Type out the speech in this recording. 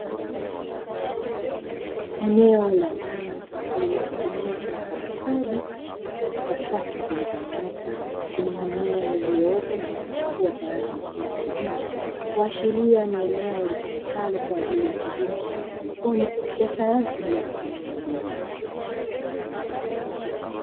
Eneo la ndani lililotengenezwa kwa ustadi katika safu zilizonyooka, zenye mimea iliyoota na kuchipua kwa rangi ya kijani kibichi, kuashiria ni eneo litumikalo kwa ajili ya kilimo cha haidroponi ya sayansi bila kutumia udongo.